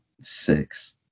six